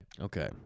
Okay